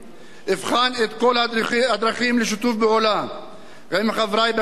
אבחן את כל הדרכים לשיתוף פעולה עם חברי בכנסת